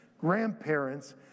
grandparents